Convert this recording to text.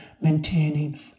maintaining